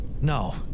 No